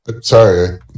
Sorry